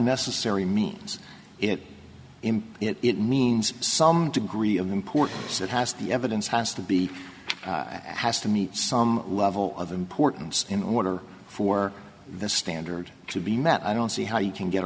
necessary means it him it means some degree of importance that has the evidence has to be has to meet some level of importance in order for the standard to be met i don't see how you can get